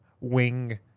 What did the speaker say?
wing